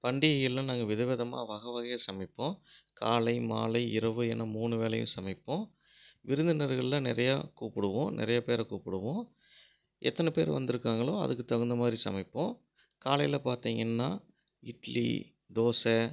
பண்டிகைகளில் நாங்கள் வித விதமாக வகை வகையா சமைப்போம் காலை மாலை இரவு என மூணு வேலையும் சமைப்போம் விருந்தினர்களெலாம் நிறையா கூப்புடுவோம் நிறைய பேரை கூப்புடுவோம் எத்தனை பேரு வந்துருக்காங்களோ அதுக்கு தகுந்த மாதிரி சமைப்போம் காலையில் பார்த்தீங்கன்னா இட்லி தோசை